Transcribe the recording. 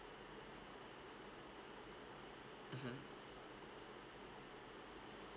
mmhmm